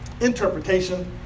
interpretation